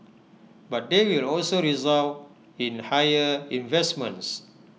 but they will also result in higher investments